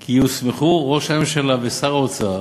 כי יוסמכו ראש הממשלה ושר האוצר